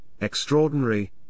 extraordinary